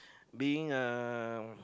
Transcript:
being a